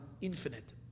infinite